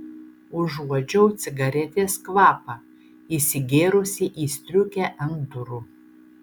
užuodžiau cigaretės kvapą įsigėrusį į striukę ant durų